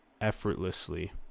effortlessly